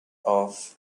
off